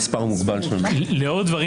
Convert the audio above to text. כל הגופים